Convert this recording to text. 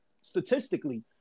statistically